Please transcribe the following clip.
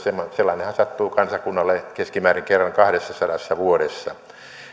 sellainenhan sattuu kansakunnalle keskimäärin kerran kahdessasadassa vuodessa